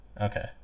okay